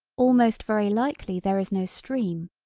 almost very likely there is no stream,